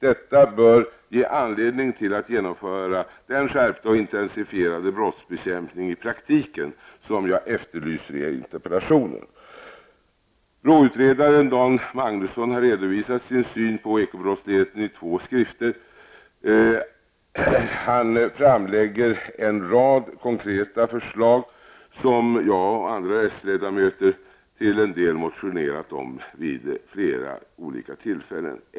Detta bör ge anledning till att genomföra den skärpta och intensifierade brottsbekämpning i praktiken, som jag efterlyser i interpellationen. BRÅ-utredaren Dan Magnusson har redovisat sin syn på ekobrottsligheten i två skrifter. Han framlägger en rad konkreta förslag, som jag och andra sledamöter till en del motionerat om vid flera olika tillfällen.